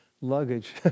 luggage